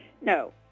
No